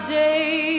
day